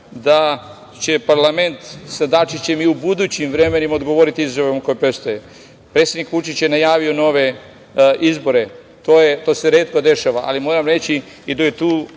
da će parlament sa Dačićem i u budućim vremenima odgovoriti izazovima koji predstoje. Predsednik Vučić je najavio nove izbore. To se retko dešava, ali moram reći i da je tu